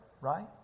right